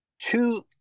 two